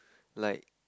like